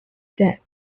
step